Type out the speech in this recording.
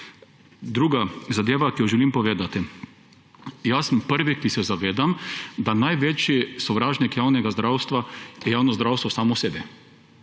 Druga zadeva, ki jo želim povedati. Jaz sem prvi, ki se zavedam, da največji sovražnik javnega zdravstva je javno zdravstvo samo sebi.